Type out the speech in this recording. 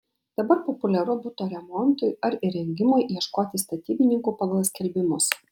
dabar populiaru buto remontui ar įrengimui ieškoti statybininkų pagal skelbimus